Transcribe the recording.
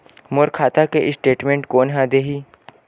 मोर खाता के स्टेटमेंट कोन ह देही?